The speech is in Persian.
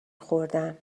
خوردم